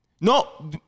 No